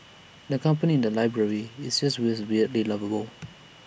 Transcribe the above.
the company in the library is just as weirdly lovable